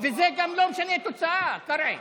זה גם לא משנה את התוצאה, קרעי.